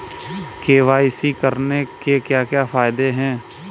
KYC करने के क्या क्या फायदे हैं?